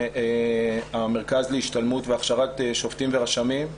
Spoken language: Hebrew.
המרכז להשתלמות והכשרת שופטים ורשמים,